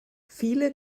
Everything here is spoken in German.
viele